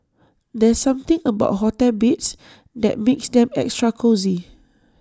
there's something about hotel beds that makes them extra cosy